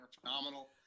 phenomenal